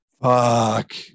Fuck